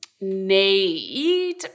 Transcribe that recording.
need